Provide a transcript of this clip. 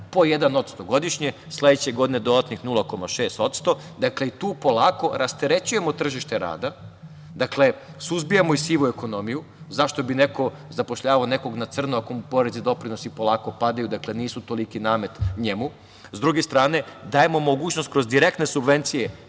po 1% godišnje, a sledeće godine dodatnih 0,6%. Dakle, i tu polako rasterećujemo tržište rada. Suzbijamo i sivu ekonomiju. Zašto bi neko zapošljavao nekog na crno, ako mu porezi i doprinosi polako padaju, dakle nisu toliki namet njemu? S druge strane, dajemo mogućnost kroz direktne subvencije,